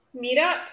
meetup